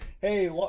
hey